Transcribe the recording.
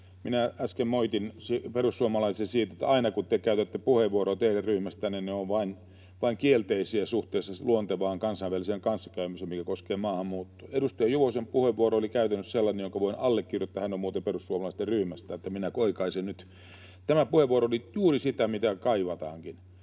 Minä äsken moitin perussuomalaisia siitä, että aina kun te käytätte puheenvuoroja ryhmästänne, ne ovat vain kielteisiä suhteessa luontevaan kansainväliseen kanssakäymiseen, mikä koskee maahanmuuttoa. Edustaja Juvosen puheenvuoro oli käytännössä sellainen, jonka voin allekirjoittaa — hän on muuten perussuomalaisten ryhmästä — joten minä oikaisen nyt. Tämä puheenvuoro oli juuri sitä, mitä kaivataankin.